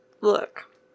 Look